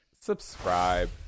subscribe